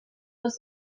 was